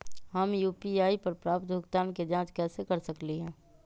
हम यू.पी.आई पर प्राप्त भुगतान के जाँच कैसे कर सकली ह?